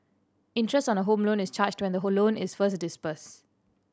interest on a Home Loan is charged when the whole loan is first disburse